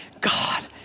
God